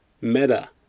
Meta